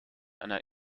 einer